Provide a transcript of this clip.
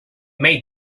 made